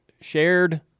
shared